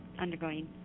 undergoing